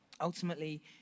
Ultimately